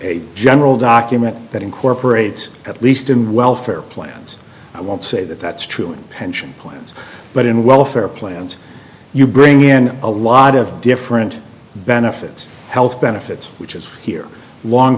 a general document that incorporates at least in welfare plans i won't say that that's true in pension plans but in welfare plans you bring in a lot of different benefits health benefits which is here long